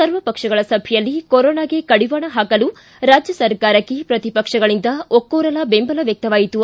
ಸರ್ವಪಕ್ಷಗಳ ಸಭೆಯಲ್ಲಿ ಕೊರೊನಾಗೆ ಕಡಿವಾಣ ಪಾಕಲು ರಾಜ್ಯ ಸರ್ಕಾರಕ್ಷೆ ಪ್ರತಿಪಕ್ಷಗಳಿಂದ ಒಕ್ಕೊರಲ ಬೆಂಬಲ ವ್ಯಕ್ತವಾಯಿತು